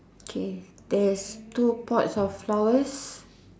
K there's two pots of flowers